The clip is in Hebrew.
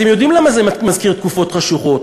אתם יודעים למה זה מזכיר תקופות חשוכות: